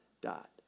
dot